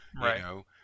Right